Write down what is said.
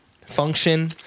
function